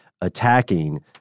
attacking